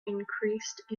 increased